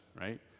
right